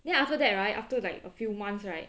then after that right after like a few months right